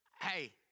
hey